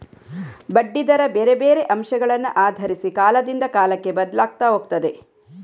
ಬಡ್ಡಿ ದರ ಬೇರೆ ಬೇರೆ ಅಂಶಗಳನ್ನ ಆಧರಿಸಿ ಕಾಲದಿಂದ ಕಾಲಕ್ಕೆ ಬದ್ಲಾಗ್ತಾ ಹೋಗ್ತದೆ